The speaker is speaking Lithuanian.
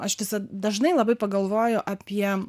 aš visad dažnai labai pagalvoju apie